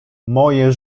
moje